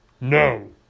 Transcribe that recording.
No